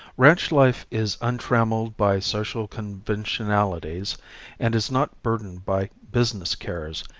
ranch life is untrammeled by social conventionalities and is not burdened by business cares,